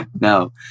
no